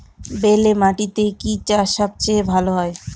বেলে মাটিতে কি চাষ সবচেয়ে ভালো হয়?